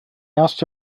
asked